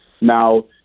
Now